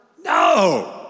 no